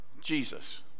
Jesus